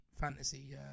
fantasy